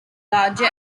larger